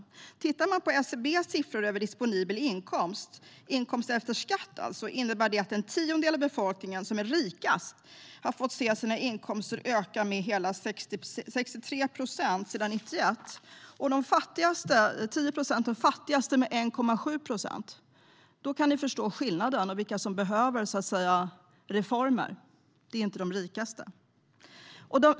Om man tittar på SCB:s siffror över disponibel inkomst, det vill säga inkomst efter skatt, ser man att den rikaste tiondelen av befolkningen har fått se sina inkomster öka med hela 63 procent sedan 1991 medan de fattigaste 10 procentens inkomster har ökat med 1,7 procent. Då kan man förstå skillnaden och vilka som behöver reformer. Det är inte de rikaste.